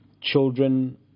Children